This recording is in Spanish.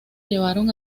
llevaron